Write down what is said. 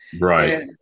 Right